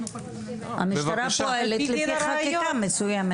המשטרה פועלת לפי חקיקה מסוימת.